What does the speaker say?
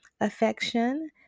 affection